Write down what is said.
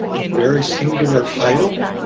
a very singular title,